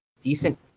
decent